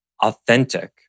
Authentic